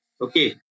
Okay